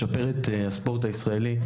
לשפר את הספורט הישראלי,